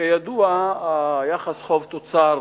כידוע, יחס חוב תוצר